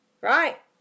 right